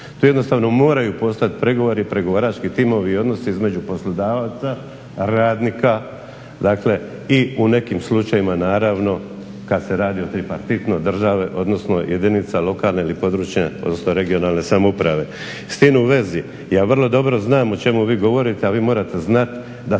Tu jednostavno moraju postojati pregovori i pregovarački timovi i odnosi između poslodavaca, radnika, dakle i u nekim slučajevima naravno kad se radi o tripartitnoj državi, odnosno jedinica lokalne ili područne, odnosno regionalne samouprave. S tim u vezi ja vrlo dobro znam o čemu vi govorite, a vi morate znati da sve